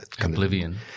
oblivion